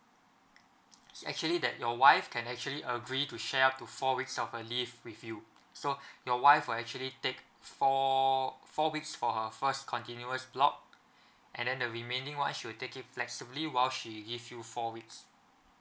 actually that your wife can actually agree to share up to four weeks of her leave with you so your wife will actually take four four weeks for her first continuous block and then the remaining [one] she will take it flexibly while she give you four weeks